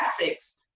graphics